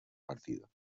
partido